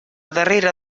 darrera